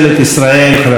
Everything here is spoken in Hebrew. בבקשה, אדוני.